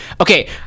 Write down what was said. Okay